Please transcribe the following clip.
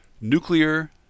nuclear